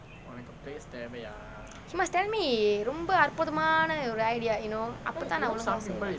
he must tell me ரொம்ப அற்புதமான ஒரு:romba arputhamaana oru idea you know அப்போ தான் நான் ஒழுங்கா செய்:appo thaan naan olungaa sei